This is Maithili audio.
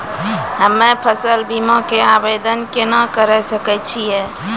हम्मे फसल बीमा के आवदेन केना करे सकय छियै?